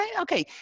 okay